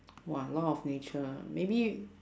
!wah! law of nature ah maybe